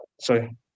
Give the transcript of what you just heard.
sorry